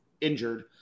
injured